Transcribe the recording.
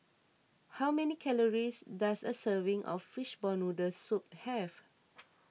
how many calories does a serving of Fishball Noodle Soup have